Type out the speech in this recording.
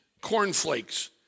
cornflakes